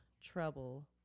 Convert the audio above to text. trouble